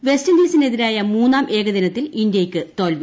വെസ്റ്റിന്റീസിനെതിരായ മൂന്നാം ഏകദിനത്തിൽ ഇന്ത്യയ്ക്ക് തോൽവി